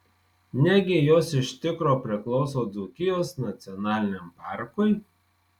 negi jos iš tikro priklauso dzūkijos nacionaliniam parkui